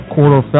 Quarter